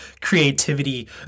creativity